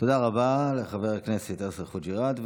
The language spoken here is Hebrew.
תודה רבה לחבר הכנסת